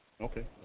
Okay